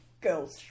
Girls